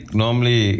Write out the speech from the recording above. normally